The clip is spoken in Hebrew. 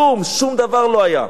כלום, שום דבר לא היה.